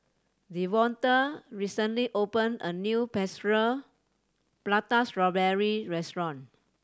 Devonta recently opened a new Prata Strawberry restaurant